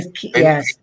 Yes